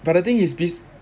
but the thing is based